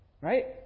Right